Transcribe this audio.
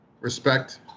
respect